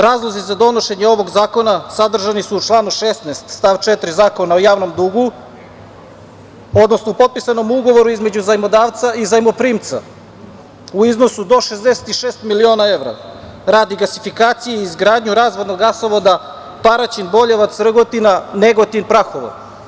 Razlozi za donošenje ovog zakona sadržani su u članu 16. stav 4. Zakona o javnom dugu, odnosno u potpisanom ugovoru između zajmodavca i zajmoprimca, u iznosu do 66 miliona evra, radi gasifikacije i izgradnje razvodnog gasovoda, Paraćin Boljevac, Rgotina, Negotin Prahovo.